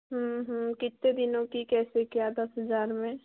कितने दिनों की कैसे क्या दस हज़ार में